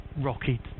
rocky